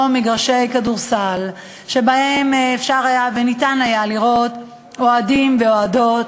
מגרשי כדורסל שבהם אפשר היה וניתן היה לראות אוהדים ואוהדות,